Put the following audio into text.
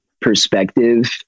perspective